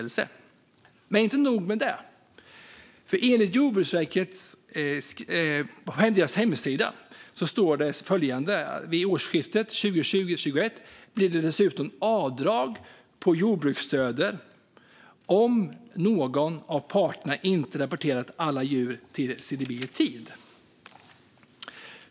Men det är inte nog med det, utan på Jordbruksverkets hemsida står följande: Vid årsskiftet 2020/21 blir det dessutom avdrag på jordbruksstöden om någon av parterna inte har rapporterat alla djur till CDB i tid.